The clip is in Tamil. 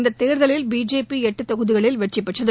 இந்தத் தேர்தலில் பிஜேபி எட்டு தொகுதிகளில் வெற்றி பெற்றது